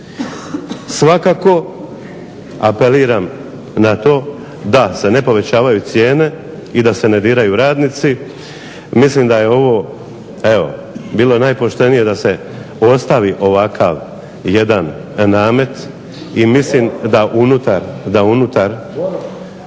svakako apeliram na to da se ne povećavaju cijene i da se ne diraju radnici. Mislim da je ovo bilo najpoštenije da se postavi ovakav jedan namet i mislim da unutar